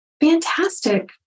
Fantastic